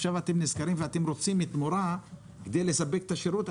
עכשיו אתם נזכרים ורוצים תמורה כדי לספק את השירות,